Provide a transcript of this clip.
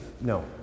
No